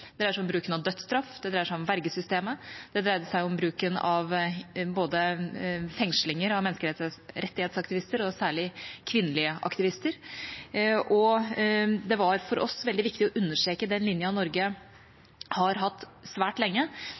det dreide seg om bruken av dødsstraff, det dreide seg om vergesystemet, det dreide seg om bruken av fengslinger av menneskerettighetsaktivister og særlig kvinnelige aktivister. Det var for oss veldig viktig å understreke den linja Norge har hatt svært lenge,